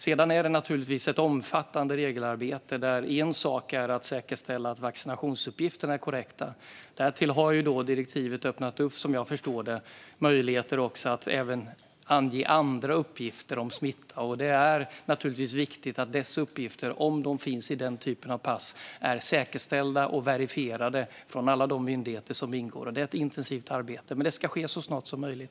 Sedan är det naturligtvis ett omfattande regelarbete där en sak är att säkerställa att vaccinationsuppgifterna är korrekta. Därtill har direktivet som jag förstår det öppnat för möjligheter att även ange andra uppgifter om smitta. Det är naturligtvis viktigt att dessa uppgifter, om de finns i den typen av pass, är säkerställda och verifierade från alla de myndigheter som ingår. Det är ett intensivt arbete. Men det ska självklart ske så snart som möjligt.